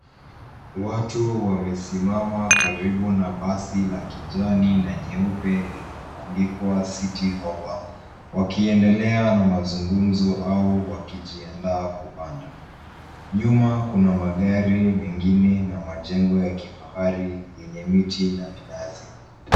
Watu wamesimama karibu na basi la kijani na nyeupe lilioandikwa City Hoppa wakiendelea na mazungumzo au wakijiandaa kupanda. Nyuma kuna magari mengine na majengo ya kifahari yenye miti na minazi.